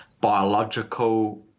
biological